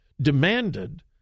demanded